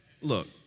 Look